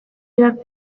idatz